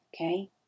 Okay